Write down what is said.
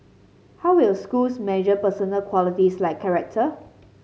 how will schools measure personal qualities like character